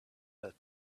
that